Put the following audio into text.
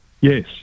Yes